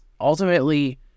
ultimately